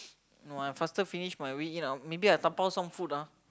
no I faster finish my winner out maybe I dabao some food ah